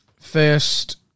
first